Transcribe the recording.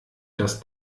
dass